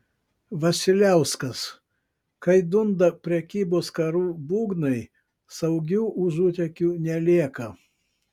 vasiliauskas kai dunda prekybos karų būgnai saugių užutėkių nelieka